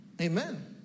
Amen